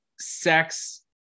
sex